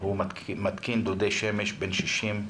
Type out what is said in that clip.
הוא מתקין דודי שמש בן 60,